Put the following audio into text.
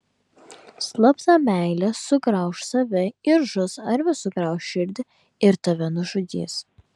slapta meilė sugrauš save ir žus arba sugrauš širdį ir tave nužudys